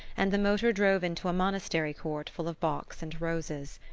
and the motor drove into a monastery court full of box and roses.